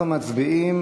אנחנו מצביעים